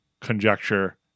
conjecture